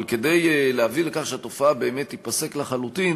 אבל כדי להביא לכך שהתופעה תיפסק לחלוטין